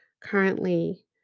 currently